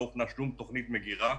לא הוכנה שום תוכנית מגירה.